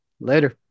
Later